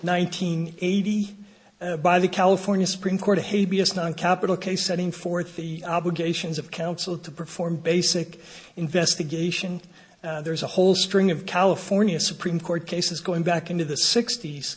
hundred eighty by the california supreme court to hey b s non capital case setting forth the obligations of counsel to perform basic investigation there's a whole string of california supreme court cases going back into the sixt